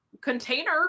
container